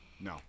No